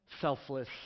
selfless